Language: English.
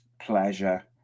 pleasure